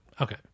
okay